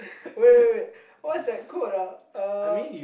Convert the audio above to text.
wait wait wait what's that quote ah uh